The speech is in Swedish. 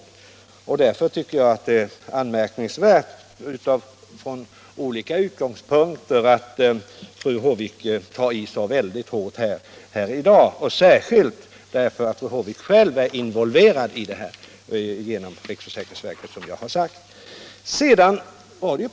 Jag tycker därför Måndagen den att det är anmärkningsvärt att fru Håvik uttalar sig så kraftigt mot detta, 23 maj 1977 särskilt mot bakgrund av att hon i egenskap av styrelsemedlem i riks försäkringsverket själv är involverad i handläggningen.